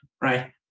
right